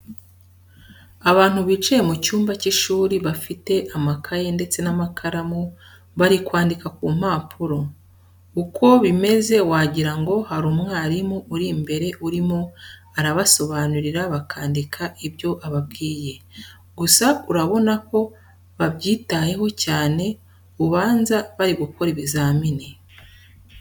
Abantu bicaye mu cyumba cy'ishuri bafite amakaye ndetse n'amakaramu bari kwandika ku mpapuro. Uko bimeze wagira ngo hari umwarimu uri imbere urimo arabasobanurira bakandika ibyo ababwiye. Gusa urabona ko babyitayeho cyane ubanza bari gukora ibizamini.